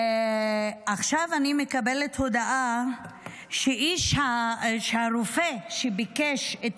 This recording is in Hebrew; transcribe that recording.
עכשיו אני מקבלת הודעה שהרופא שביקש את